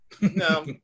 No